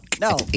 No